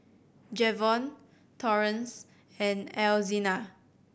Jevon Torrence and Alzina